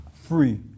free